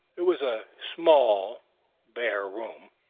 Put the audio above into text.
it was a small bare room,